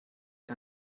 que